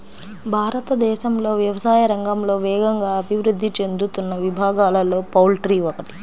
భారతదేశంలో వ్యవసాయ రంగంలో వేగంగా అభివృద్ధి చెందుతున్న విభాగాలలో పౌల్ట్రీ ఒకటి